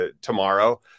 tomorrow